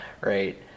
right